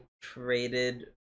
traded